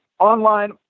Online